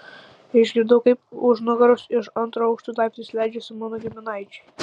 išgirdau kaip už nugaros iš antro aukšto laiptais leidžiasi mano giminaičiai